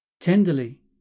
Tenderly